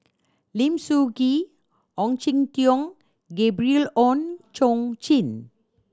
Lim Soo Ngee Ong Jin Teong and Gabriel Oon Chong Jin